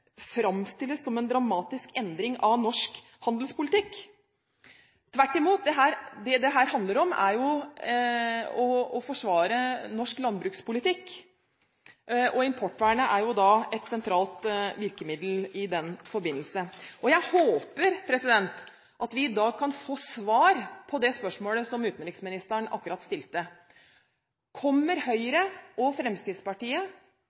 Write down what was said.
framstilles som en dramatisk endring av norsk handelspolitikk. Tvert imot, det dette handler om, er jo å forsvare norsk landbrukspolitikk, og importvernet er et sentralt virkemiddel i den forbindelse. Jeg håper at vi i dag kan få svar på det spørsmålet som utenriksministeren akkurat stilte: Kommer